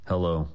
Hello